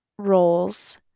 roles